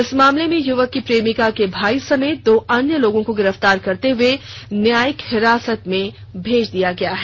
इस मामले में युवक की प्रेमिका के भाई समेत दो अन्य लोगों को गिरफ्तार करते हुए न्यायिक हिरासत में भेज दिया गया है